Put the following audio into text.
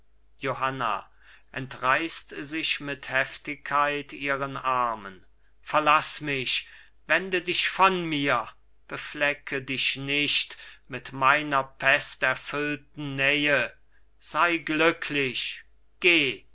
johanna entreißt sich mit heftigkeit ihren armen verlaß mich wende dich von mir beflecke dich nicht mit meiner pesterfüllten nähe sei glücklich geh